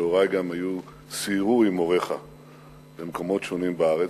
שהורי גם סיירו עם הוריך במקומות שונים בארץ.